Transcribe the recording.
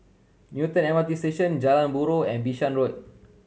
Newton M R T Station Jalan Buroh and Bishan Road